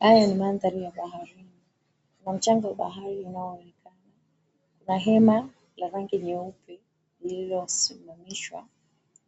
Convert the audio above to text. Haya ni mandhari ya baharini kuna mchanga wa bahari unaoonekana na hema la rangi nyeupe lililosimamishwa,